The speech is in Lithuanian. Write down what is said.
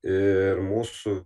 ir mūsų